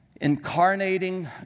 incarnating